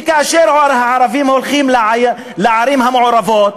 וכאשר ערבים הולכים לערים המעורבות,